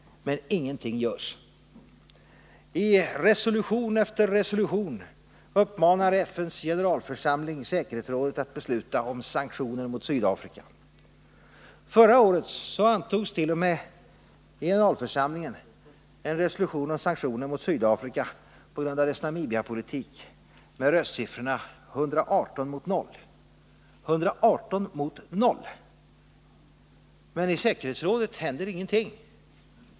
Men ingenting görs. I resolution efter resolution uppmanar FN:s generalförsamling säkerhetsrådet att besluta om sanktioner mot Sydafrika. Förra året antogs t.o.m. i generalförsamlingen en resolution om sanktioner mot Sydafrika på grund av dess Namibiapolitik, med 118 röster mot 0. 118 mot 0! Men i säkerhetsrådet händer ingenting.